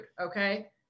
Okay